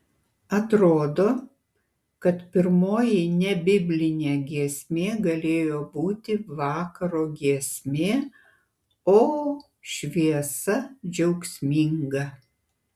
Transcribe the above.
atrodo kad pirmoji nebiblinė giesmė galėjo būti vakaro giesmė o šviesa džiaugsminga